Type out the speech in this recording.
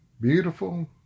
beautiful